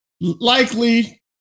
likely